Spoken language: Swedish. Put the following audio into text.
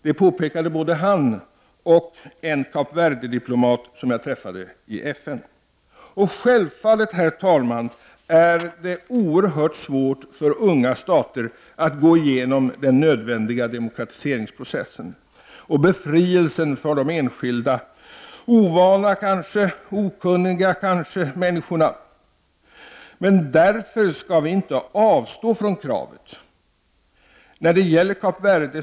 Det påpekade både han och en Kap Verdediplomat som jag träffade i FN. Herr talman! Det är självfallet oerhört svårt för unga stater att gå igenom den nödvändiga demokratiseringsprocessen och åstadkomma befrielse för de enskilda, kanske ovana och okunniga människorna. Men vi skall inte avstå från detta krav.